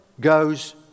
goes